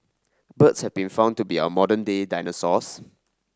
birds have been found to be our modern day dinosaurs